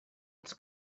els